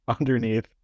underneath